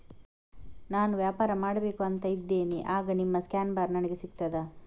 ನಾನು ವ್ಯಾಪಾರ ಮಾಡಬೇಕು ಅಂತ ಇದ್ದೇನೆ, ಆಗ ನಿಮ್ಮ ಸ್ಕ್ಯಾನ್ ಬಾರ್ ನನಗೆ ಸಿಗ್ತದಾ?